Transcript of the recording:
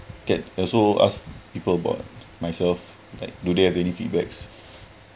get also asked people about myself like do they have any feedbacks